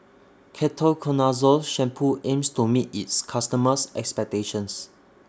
Ketoconazole Shampoo aims to meet its customers' expectations